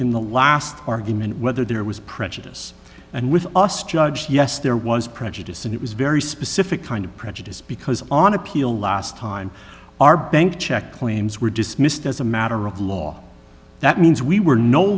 in the last argument whether there was prejudice and with us judge yes there was prejudice and it was very specific kind of prejudice because on appeal last time our bank check claims were dismissed as a matter of law that means we were no